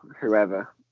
whoever